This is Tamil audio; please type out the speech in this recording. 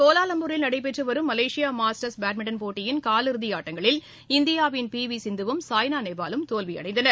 கோலாலம்பூரில் நடைபெற்று வரும் மலேசியா மாஸ்டர்ஸ் பேட்மிண்டன் போட்டியின் காலிறுதி ஆட்டங்களில் இந்தியாவின் பி வி சிந்துவும் சாய்னா நேவாலும் தோல்வியடைந்தனர்